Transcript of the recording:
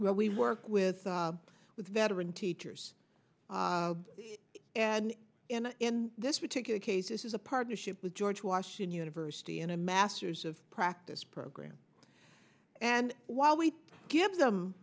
we work with with veteran teachers and in this particular case this is a partnership with george washington university and a master's of practice program and while we give them